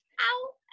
ow